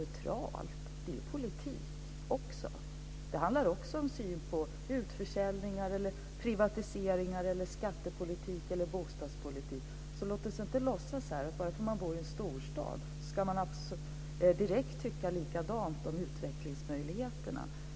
Det är också politik. Det handlar också som syn på utförsäljningar, privatiseringar, skattepolitik eller bostadspolitik. Låt oss inte låtsas att bara därför att man bor i en storstad ska man direkt tycka likadant om utvecklingsmöjligheterna.